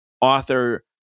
author